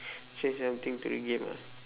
change something to the game ah